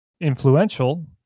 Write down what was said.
influential